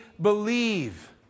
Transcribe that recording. believe